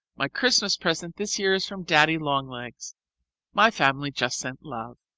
my christmas present this year is from daddy-long-legs my family just sent love.